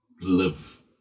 live